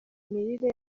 imirire